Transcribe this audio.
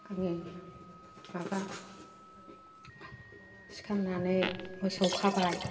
आङो माबा सिखारनानै मोसौ खाबाय